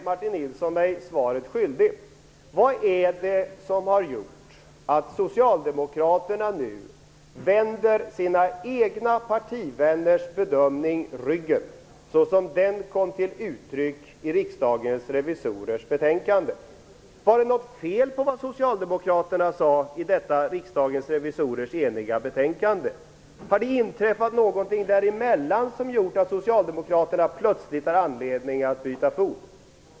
Martin Nilsson är mig ännu svaret skyldig på frågan vad det är som gjort att Socialdemokraterna nu vänder sina egna partivänners bedömning ryggen, såsom denna bedömning kommer till uttryck i Riksdagens revisorers förslag. Var det något fel på det som socialdemokraterna sade i detta Riksdagens revisorers enhälliga betänkande? Har det inträffat någonting som gjort att Socialdemokraterna plötsligt haft anledning att byta fot?